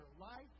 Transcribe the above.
life